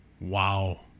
Wow